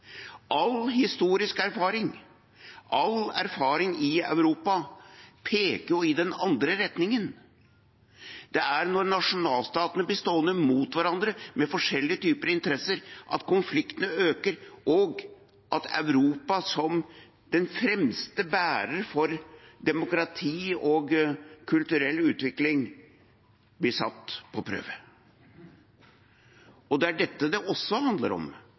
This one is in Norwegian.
all historisk erfaring, all erfaring i Europa, peker i den andre retningen. Det er når nasjonalstatene blir stående mot hverandre, med forskjellige typer interesser, at konfliktene øker, og at Europa – som den fremste bærer av demokrati og kulturell utvikling – blir satt på prøve. Det er dette det også handler om